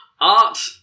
Art